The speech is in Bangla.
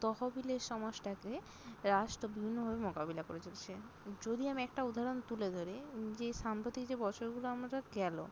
তহবিলের সমস্যাটাকে রাষ্ট্র বিভিন্নভাবে মোকাবিলা করেছে সে যদি আমি একটা উদাহরণ তুলে ধরি যে সাম্প্রতিক যে বছরগুলো আমদের গেল